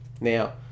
now